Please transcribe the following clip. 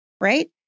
right